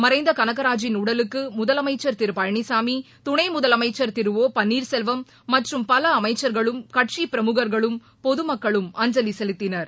மறைந்த கனகராஜின் உடலுக்கு முதலமைச்சர் திரு பழனிசாமி துணை முதலமைச்சர் திரு ஒ பள்ளீர்செல்வம் மற்றும் பல அமைச்சர்களும் கட்சி பிரமுகர்களும் பொதுமக்களும் அஞ்சலி செலுத்தினர்